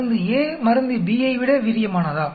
மருந்து A மருந்து Bஐ விட வீரியமானதா